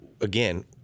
again